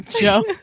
Joe